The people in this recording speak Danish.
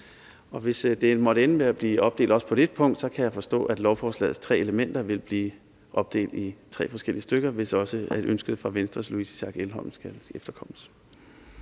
om. Hvis det måtte ende med at blive opdelt også på det punkt, kan jeg forstå, at lovforslagets tre elementer vil blive opdelt i tre forskellige stykker, hvis også ønsket fra Venstres Louise Schack Elholm skal efterkommes.